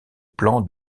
plan